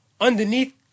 underneath